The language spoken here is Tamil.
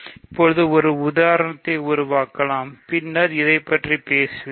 இப்பொழுது ஒரு உதாரணத்தை உருவாக்கலாம் பின்னர் இதைப் பற்றி நான் பேசுவேன்